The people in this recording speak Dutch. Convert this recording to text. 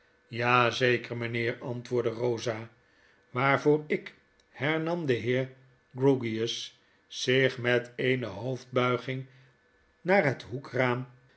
zeker mynheer antwoordde eosa waarvoor ik hernam de heer grewgious zich met eene hoofdbuiging naar het